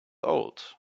old